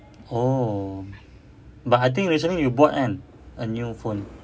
oh but I think recently you bought kan a new phone